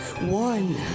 One